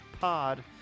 pod